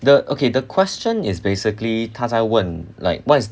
the okay the question is basically 他在问 like what is